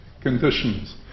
conditions